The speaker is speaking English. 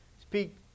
speak